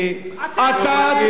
אתה,